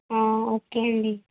okay అండి